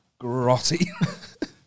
grotty